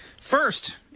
First